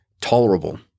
tolerable